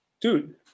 Dude